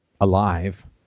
alive